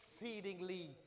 exceedingly